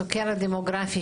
הסוקר הדמוגרפי,